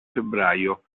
febbraio